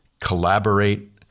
collaborate